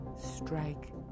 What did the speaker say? Strike